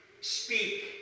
speak